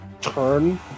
turn